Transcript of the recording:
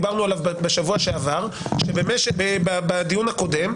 דיברנו עליו בשבוע שעבר בדיון הקודם,